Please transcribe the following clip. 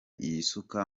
yisuka